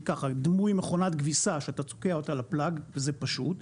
ככה דמוי מכונת כביסה שאתה תוקע אותה לפלג וזה פשוט,